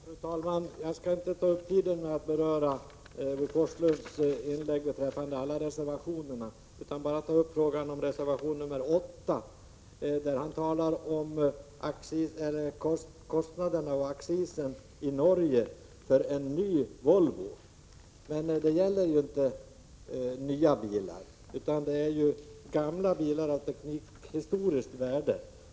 Fru talman! Jag skall inte ta upp tid med att beröra Bo Forslunds inlägg beträffande alla reservationerna utan bara ta upp den fråga som behandlas i reservation 8. Bo Forslund talar om accisen i Norge och kostnaderna där för en ny Volvo. Men frågan gäller ju inte nya bilar utan gamla bilar av teknikhistoriskt värde.